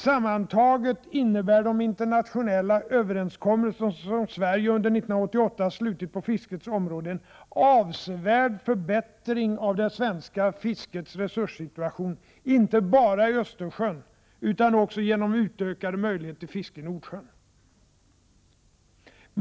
Sammantaget innebär de internationella överenskommelser som Sverige under 1988 slutit på fiskets område en avsevärd förbättring av det svenska fiskets resurssituation, inte bara i Östersjön utan också genom utökade möjligheter till fiske i Nordsjön.